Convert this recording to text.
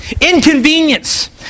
inconvenience